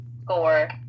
score